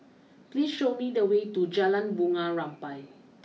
please show me the way to Jalan Bunga Rampai